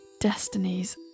destinies